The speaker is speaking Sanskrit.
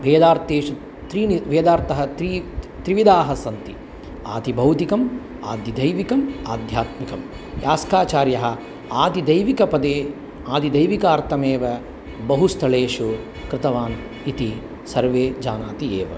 वेदार्थेषु त्रीणि वेदार्थाः त्रि त्रिविधाः सन्ति आदिभौतिकं आदिदैविकम् आध्यात्मिकं यास्काचार्यः आदिदैविकपदे आदिदैविकार्थमेव बहु स्थलेषु कृतवान् इति सर्वे जानाति एव